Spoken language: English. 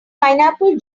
pineapple